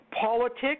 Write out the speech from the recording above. Politics